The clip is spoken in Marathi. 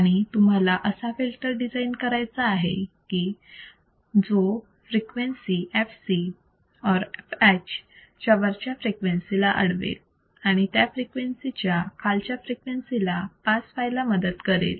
आणि तुम्हाला असा फिल्टर डिझाईन करायचा आहे की जो फ्रिक्वेन्सी fc or fh च्या वरच्या फ्रिक्वेन्सी ला अडवेल आणि त्या फ्रिक्वेन्सी च्या खालच्या फ्रिक्वेन्सी ला पास व्हायला मदत करेल